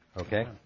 okay